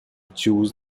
choose